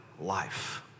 life